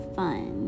fun